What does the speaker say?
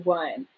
one